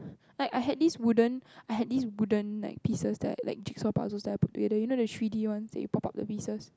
like I had this wooden I had this wooden like pieces that are like jigsaw puzzles that I put together you know the three-D ones that you pop up the pieces